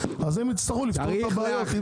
הם יצטרכו לפתור את הבעיות.